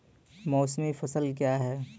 मौसमी फसल क्या हैं?